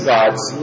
God's